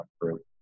group